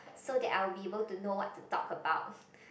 so that I will be able to know what to talk about